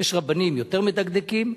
יש רבנים יותר מדקדקים,